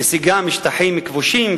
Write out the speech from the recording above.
נסיגה משטחים כבושים,